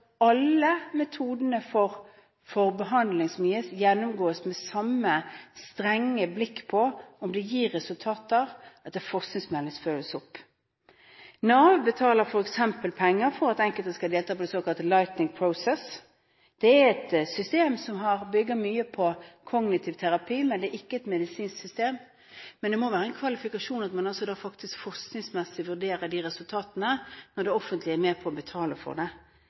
alle metodene for behandling som gis, gjennomgås med samme strenge blikk på om det gir resultater, og at det forskningsmessig følges opp. Nav betaler f.eks. penger for at enkelte skal delta på det såkalte Lightning Process. Det er et system som bygger mye på kognitiv terapi, men det er ikke et medisinsk system. Det må likevel være en kvalifikasjon at man forskningsmessig vurderer resultatene når det offentlige er med på å betale for det.